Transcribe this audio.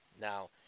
Now